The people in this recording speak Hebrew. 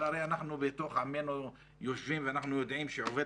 אבל הרי בתוך עמנו אנחנו יושבים ואנחנו יודעים שעובד